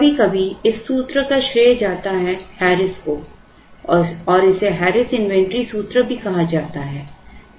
कभी कभी इस सूत्र का श्रेय जाता है हैरिस को जाता है और इसे हैरिस इन्वेंट्री सूत्र भी कहा जाता है